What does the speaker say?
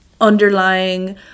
underlying